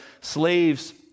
slaves